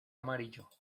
amarillo